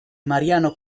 mariano